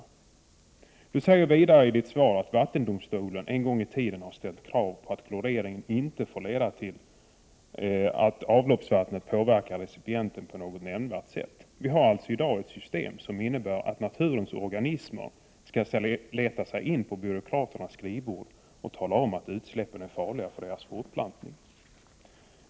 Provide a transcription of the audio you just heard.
Miljöministern säger vidare i sitt svar att vattendomstolen en gång i tiden har ställt krav på att klorering inte får leda till att avloppsvattnet påverkar recipienten på något nämnvärt sätt. I dag har vi således ett system som innebär att naturens organismer måste leta sig in på byråkraternas skrivbord för att tala om att utsläppen är farliga för deras fortplantning.